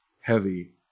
heavy